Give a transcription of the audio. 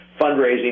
fundraising